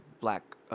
black